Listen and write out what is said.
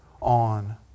on